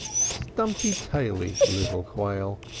stumpy-taily, little quail!